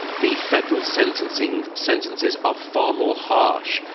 the federal sentences sentences are far more harsh,